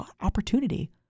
opportunity